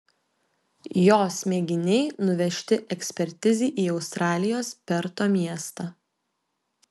jos mėginiai nuvežti ekspertizei į australijos perto miestą